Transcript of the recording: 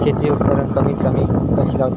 शेती उपकरणा कमी किमतीत कशी गावतली?